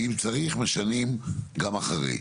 אם צריך, משנים גם אחרי.